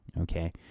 Okay